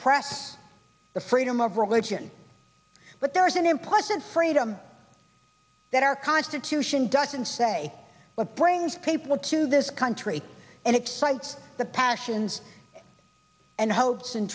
press the freedom of religion but there is an implicit freedom that our constitution doesn't say what brings people to this country and excites the passions and hopes and